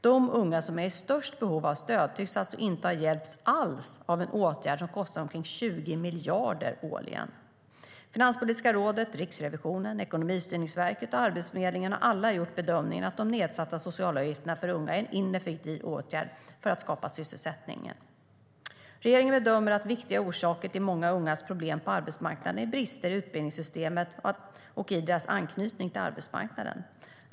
De unga som är i störst behov av stöd tycks alltså inte ha hjälpts alls av en åtgärd som kostar omkring 20 miljarder årligen. Finanspolitiska rådet, Riksrevisionen, Ekonomistyrningsverket och Arbetsförmedlingen har alla gjort bedömningen att de nedsatta socialavgifterna för unga är en ineffektiv åtgärd för att skapa sysselsättning. Regeringen bedömer att viktiga orsaker till många ungas problem på arbetsmarknaden är brister i utbildningssystemet och i deras anknytning till arbetsmarknaden.